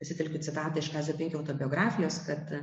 pasitelkiu citatą iš kazio binkio autobiografijos kad